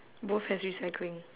both has recycling